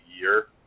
year